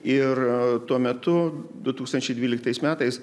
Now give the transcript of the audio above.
ir tuo metu du tūkstančiai dvyliktais metais